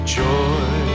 joy